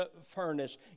furnace